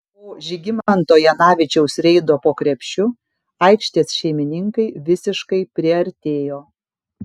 po žygimanto janavičiaus reido po krepšiu aikštės šeimininkai visiškai priartėjo